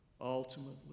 ultimately